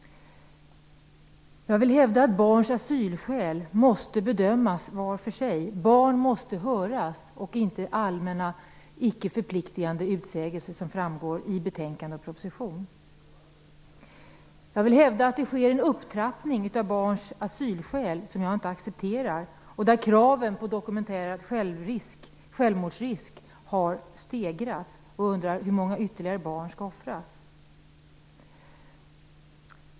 Barns asylskäl måste bedömas var för sig. Barn måste höras. Det skall inte vara de allmänna icke förpliktigande utsägelser som föreslås i betänkande och proposition. Jag accepterar inte upptrappningen av barns asylskäl, där kraven på dokumenterad självmordsrisk har stegrats. Jag undrar: Hur många ytterligare barn skall offras?